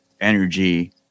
energy